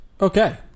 Okay